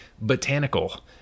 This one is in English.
botanical